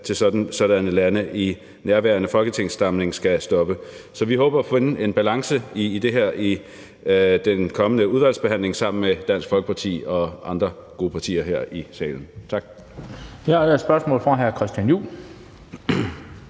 skal stoppe i indeværende folketingssamling. Så vi håber at finde en balance i det her i den kommende udvalgsbehandling sammen med Dansk Folkeparti og andre gode partier her i salen. Tak.